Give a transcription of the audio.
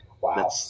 Wow